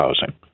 housing